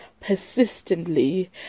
persistently